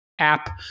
app